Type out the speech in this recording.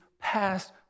past